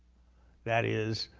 that is,